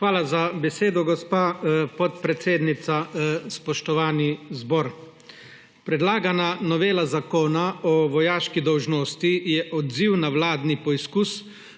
Hvala za besedo, gospa podpredsednica. Spoštovani zbor! Predlagana novela Zakona o vojaški dolžnosti je odziv na vladni poizkus